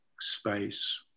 space